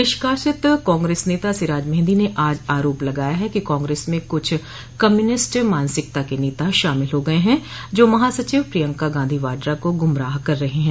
निष्कासित कांग्रेस नेता सिराज मेहंदी ने आज आरोप लगाया कि कांग्रेस में क्छ कम्यूनिष्ट मानसिकता के नेता शामिल हो गये हैं जो महासचिव प्रिंयका गांधी वाड्रा को गुमराह कर रहे है